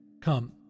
Come